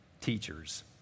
teachers